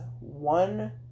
one